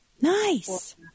Nice